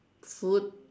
food